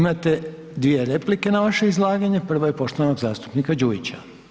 Imate dvije replike na vaše izlaganje, prva je poštovanog zastupnika Đujića.